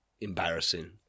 embarrassing